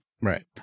Right